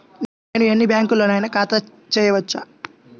నేను ఎన్ని బ్యాంకులలోనైనా ఖాతా చేయవచ్చా?